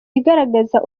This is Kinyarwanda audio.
igaragaza